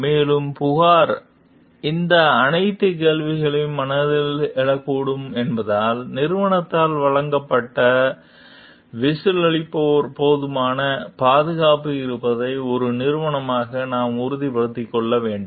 மேலும் புகார் இந்த அனைத்து கேள்விகளையும் மனதில் எதிர்கொள்ளக்கூடும் என்பதால் நிறுவனத்தால் வழங்கப்பட்ட விசில்ப்ளோவருக்கு போதுமான பாதுகாப்பு இருப்பதை ஒரு நிறுவனமாக நாம் உறுதிப்படுத்த வேண்டும்